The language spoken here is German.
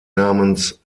namens